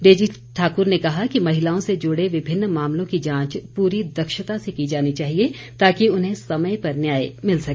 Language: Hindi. डेजी ठाक़्र ने कहा कि महिलाओं से जुड़े विभिन्न मामलों की जांच पूरी दक्षता से की जानी चाहिए ताकि उन्हें समय पर न्याय मिल सके